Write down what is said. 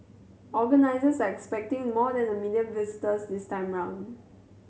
organisers are expecting more than a million visitors this time round